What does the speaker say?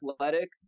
athletic